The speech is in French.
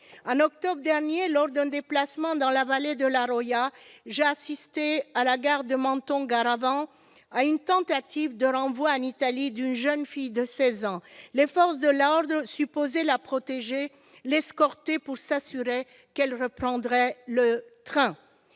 En octobre dernier, lors d'un déplacement dans la vallée de la Roya, j'ai assisté, à la gare de Menton-Garavan, à une tentative de renvoi en Italie d'une jeune fille de seize ans. Les forces de l'ordre, supposées la protéger, l'escortaient pour s'assurer qu'elle reprenne le train.